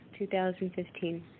2015